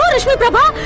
rashmiprabha!